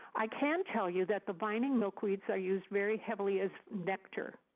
i can tell you that the vining milkweeds are used very heavily as nectar.